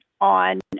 on